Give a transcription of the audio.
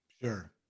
Sure